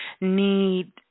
need